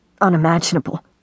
unimaginable